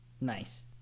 Nice